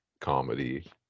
comedy